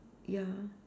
ya